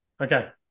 Okay